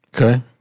Okay